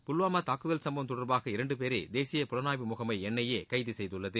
புல்வாமா தாக்குதல் சம்பவம் தொடர்பாக இரண்டு பேரை தேசிய புலனாய்வு முகமை என் ஐ ஏ கைது செய்துள்ளது